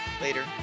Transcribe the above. Later